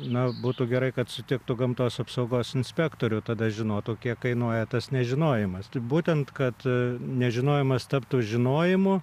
na būtų gerai kad sutiktų gamtos apsaugos inspektorių tada žinotų kiek kainuoja tas nežinojimas būtent kad nežinojimas taptų žinojimu